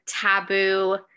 taboo